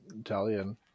italian